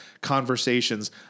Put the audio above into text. conversations